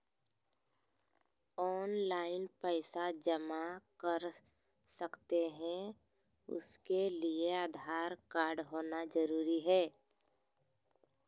Online पैसा जमा कर सकते हैं उसके लिए आधार कार्ड होना जरूरी है?